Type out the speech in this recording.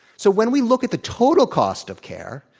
so when we look at the total cost of care,